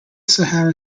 sahara